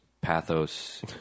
pathos